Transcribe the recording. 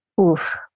Oof